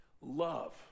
love